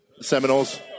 Seminoles